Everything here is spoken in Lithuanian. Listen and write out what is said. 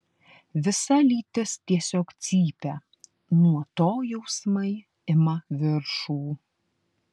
visa lytis tiesiog cypia nuo to jausmai ima viršų